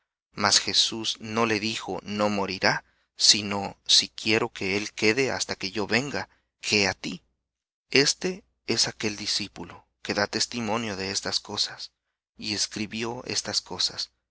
mas jesús no le dijo no morirá sino si quiero que él quede hasta que yo venga qué á ti este es aquel discípulo que da testimonio de estas cosas y escribió estas cosas